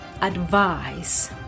advice